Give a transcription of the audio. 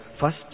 First